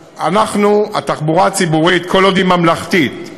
התחבורה הציבורית, כל עוד היא ממלכתית,